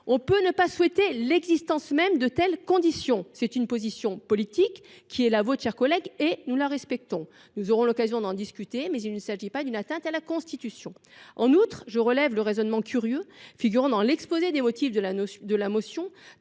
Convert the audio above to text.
On peut ne pas souhaiter l’existence même de telles conditions – c’est une position politique, la vôtre, chers collègues, et nous la respectons –, mais il ne s’agit pas d’une atteinte à la Constitution. En outre, je relève le raisonnement curieux figurant dans l’exposé des motifs de la motion,